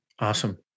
Awesome